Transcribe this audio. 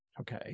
Okay